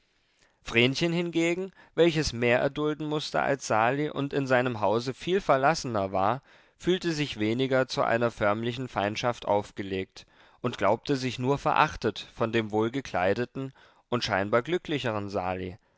vrenchen hingegen welches mehr erdulden mußte als sali und in seinem hause viel verlassener war fühlte sich weniger zu einer förmlichen feindschaft aufgelegt und glaubte sich nur verachtet von dem wohlgekleideten und scheinbar glücklicheren sali